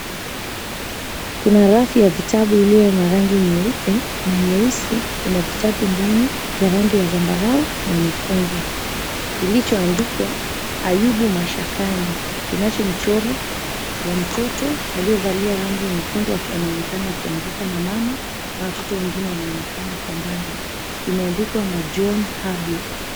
Kuna rafu ya vitabu iliyo na rangi nyeupe na nyeusi, ina vitabu ndani vya rangi ya zambarau na nyekundu. Kilichoandikwa, Ayubu Mashakani kinacho mchoro wa mtoto aliyevalia rangi nyekundu, akiwa anaonekana akianguka, na mama na watoto wengine wanaonekana kwa mbali. Kimeandikwa na John Habuel.